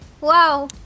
Wow